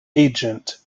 agent